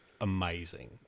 amazing